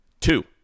Two